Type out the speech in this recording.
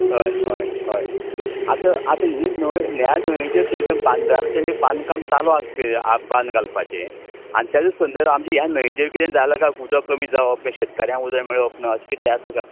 हय हय हय आतां ही नियो न्यायनियोजीत थंय तें बांदारो तेंचे बांदकाम चालू आसा खंय तें बान घालपाचें आनी तेजो संदर्ब आमच्या ह्या न्हंयेचेर किदें जाला काय उदक कमी जावप हें शेतकाऱ्यां उदक मेळप ना अशें किदें आसा गा